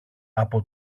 από